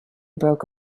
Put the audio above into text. broke